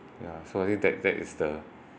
ya so I think that that is the